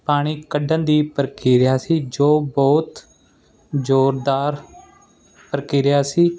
ਪਾਣੀ ਕੱਢਣ ਦੀ ਪ੍ਰਕਿਰਿਆ ਸੀ ਜੋ ਬਹੁਤ ਜੋਰਦਾਰ ਪ੍ਰਕਿਰਿਆ ਸੀ